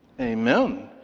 Amen